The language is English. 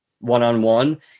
one-on-one